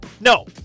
No